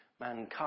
mankind